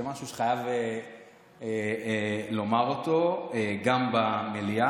זה משהו שחייבים לומר גם במליאה,